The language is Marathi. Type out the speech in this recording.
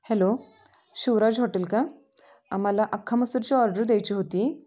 हॅलो शिवराज हॉटेल का आम्हाला अख्खा मसूरची ऑर्डर द्यायची होती